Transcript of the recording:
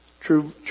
true